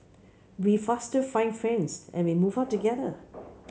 we faster find friends and we move out together